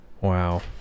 Wow